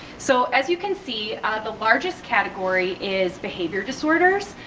so as you can see are the largest category is behavior disorders,